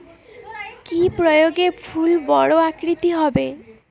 কি প্রয়োগে ফুল বড় আকৃতি হবে?